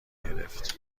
گرفت